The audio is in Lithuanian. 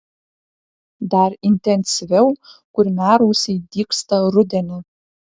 dar intensyviau kurmiarausiai dygsta rudenį